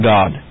God